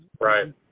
Right